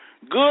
Good